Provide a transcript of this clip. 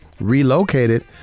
relocated